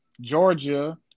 Georgia